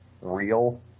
real